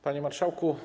Panie Marszałku!